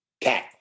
Cat